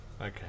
Okay